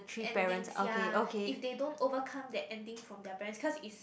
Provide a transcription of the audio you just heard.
endings ya if they don't overcome that ending from their parents cause is